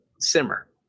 simmer